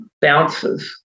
bounces